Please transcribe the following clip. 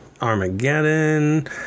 Armageddon